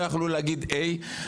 לא יכלו להגיד היי,